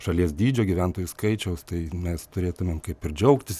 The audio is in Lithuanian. šalies dydžio gyventojų skaičiaus tai mes turėtumėm kaip ir džiaugtis